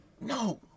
No